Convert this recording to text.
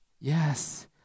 Yes